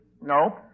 Nope